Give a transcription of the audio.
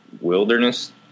wilderness